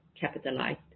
capitalized